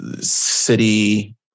city